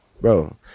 bro